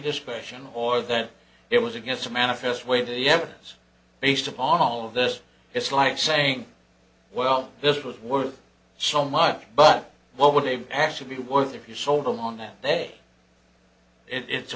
discretion or that it was against a manifest way to the evidence based upon all of this it's like saying well this was worth so much but what would they actually be worth if you sold them on that day it's a